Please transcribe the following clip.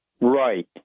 right